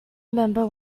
remember